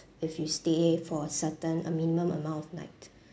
if you stay for a certain a minimum amount of night